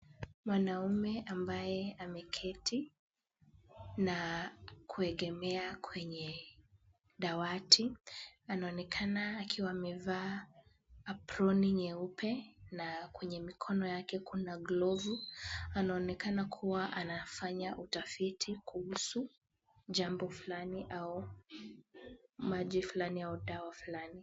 Mwanaume ambaye ameketi na kuegemea kwenye dawati, anaonekana akiwa amevaa aproni nyeupe na kwenye mikono yake kuna glovu. Anaonekana kuwa anafanya utafiti kuhusu jambo fulani au maji fulani au dawa fulani.